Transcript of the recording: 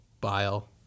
bile